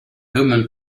human